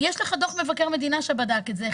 יש לך דוח מבקר מדינה שבדק את זה.